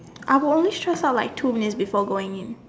I will only stress out like two minutes before going in